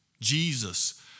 Jesus